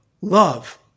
love